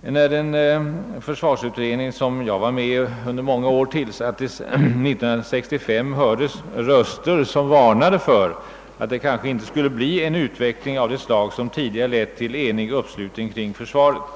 När den försvarsutredning, som jag var ledamot av under många år, tillsattes år 1965 höjdes röster som varnade för att det kanske inte skulle bli en utveckling av det slag som tidigare hade lett till en enig uppslutning kring försvaret.